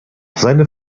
seine